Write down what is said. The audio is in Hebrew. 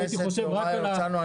חה"כ יוראי להב הרצנו,